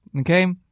Okay